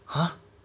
!huh!